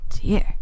dear